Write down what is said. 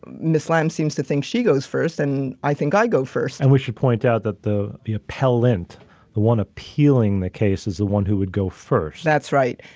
miss lam seems to think she goes first. and i think i go first. and we should point out that the the appellant the one appealing the case is the one who would go first. that's right.